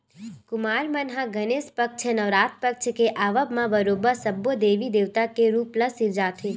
कुम्हार मन ह गनेस पक्छ, नवरात पक्छ के आवब म बरोबर सब्बो देवी देवता के रुप ल सिरजाथे